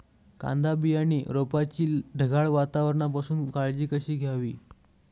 कांदा बियाणे रोपाची ढगाळ वातावरणापासून काळजी कशी घ्यावी?